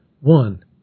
One